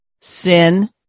sin